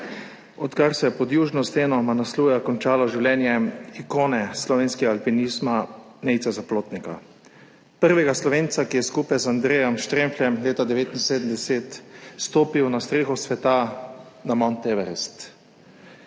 odkar se je pod južno steno Manasluja končalo življenje ikone slovenskega alpinizma Nejca Zaplotnika, prvega Slovenca, ki je skupaj z Andrejem Štremfljem leta 1979 stopil na streho sveta, na Mont Everest.